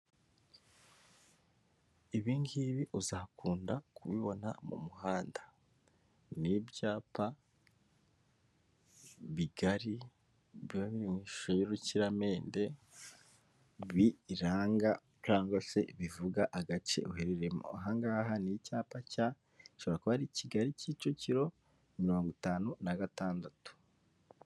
Ibi ngibi uzakunda kubibona mu muhanda. Ni ibyapa bigari biba biri mu ishusho y'urukiramende biranga cyangwa se bivuga agace uherereyemo. Aha ngaha ni icyapa, gishobora kuba ari Kigali kicukiro, mirongo itanu na gatandatu.